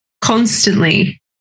constantly